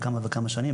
פעם בכמה וכמה שנים,